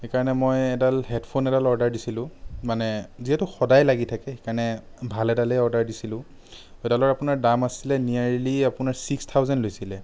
সেইকাৰণে মই এডাল হেডফোন এডাল অৰ্ডাৰ দিছিলোঁ মানে যিহেতু সদায় লাগি থাকে সেইকাৰণে ভাল এডালেই অৰ্ডাৰ দিছিলোঁ সেইডালৰ আপোনাৰ দাম আছিলে নিয়েৰলী আপোনাৰ ছিক্স থাউজেণ্ড লৈছিলে